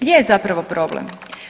Gdje je zapravo problem?